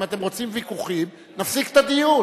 אם אתם רוצים ויכוחים, נפסיק את הדיון.